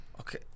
Okay